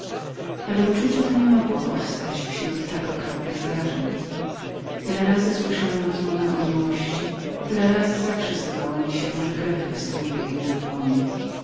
ale namiętność ta nie mogła powstać pośród tak okropnych wrażeń ile razy słyszałem rozmowę o miłości tyle razy zawsze zdało mi się że krew występowała mi na dłonie